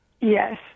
Yes